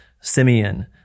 Simeon